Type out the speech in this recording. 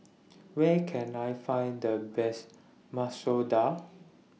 Where Can I Find The Best Masoor Dal